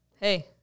hey